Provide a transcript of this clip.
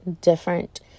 different